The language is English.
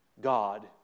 God